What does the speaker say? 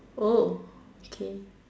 oh okay